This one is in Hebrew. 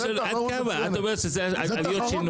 אני שואל עד כמה, את אומרת שמדובר בעלויות שינוע.